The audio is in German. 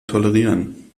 tolerieren